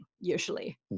usually